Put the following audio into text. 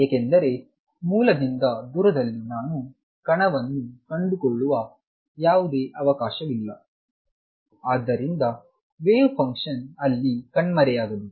ಏಕೆಂದರೆ ಮೂಲದಿಂದ ದೂರದಲ್ಲಿ ನಾನು ಕಣವನ್ನು ಕಂಡುಕೊಳ್ಳುವ ಯಾವುದೇ ಅವಕಾಶವಿಲ್ಲ ಮತ್ತು ಆದ್ದರಿಂದ ವೇವ್ ಫಂಕ್ಷನ್ ಅಲ್ಲಿ ಕಣ್ಮರೆಯಾಗಬೇಕು